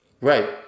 Right